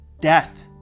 Death